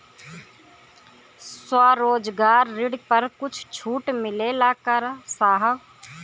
स्वरोजगार ऋण पर कुछ छूट मिलेला का साहब?